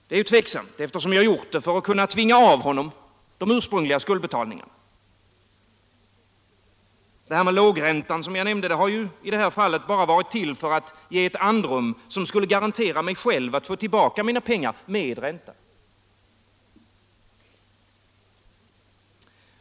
Det är ju tveksamt, eftersom jag gjort det för att kunna tvinga av honom de ursprungliga skuldbetalningarna. Detta med lågräntan som jag nämnde har ju bara varit till för att ge ett andrum som skulle garantera mig själv att få tillbaka mina pengar — med ränta.